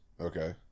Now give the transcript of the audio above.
Okay